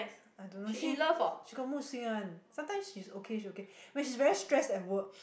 I don't know she she got mood swing one sometimes she's okay she okay when she's very stress at work